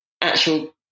actual